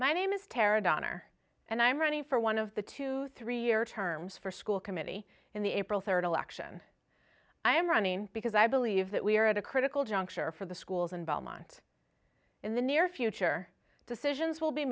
my name is carried on or and i'm running for one of the two three year terms for school committee in the april third election i am running because i believe that we are at a critical juncture for the schools in belmont in the near future decisions will be